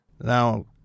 Now